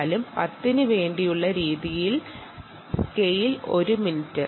അതായത് 10 ന് വേണ്ടിയുള്ള സ്കെയിൽ 1 മിനിറ്റ് എന്ന ക്രമത്തിൽ